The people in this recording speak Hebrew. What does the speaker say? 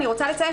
אני רוצה לציין,